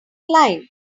line